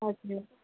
हजुर